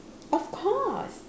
of course